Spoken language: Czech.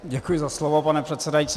Děkuji za slovo, pane předsedající.